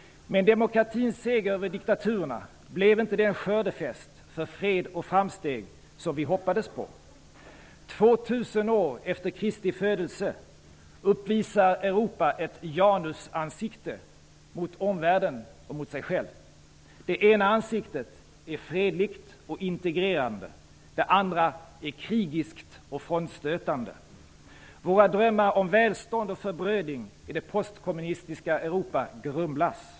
Men demokratins seger över diktaturerna blev inte den skördefest för fred och framsteg som vi hoppades på. 2 000 år efter Kristi födelse uppvisar Europa ett janusansikte mot omvärlden och sig självt. Det ena ansiktet är fredligt och integrerande. Det andra är krigiskt och frånstötande. Våra drömmar om välstånd och förbrödring i det postkommunistiska Europa grumlas.